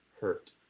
hurt